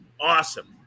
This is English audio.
awesome